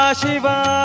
shiva